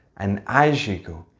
and as you go,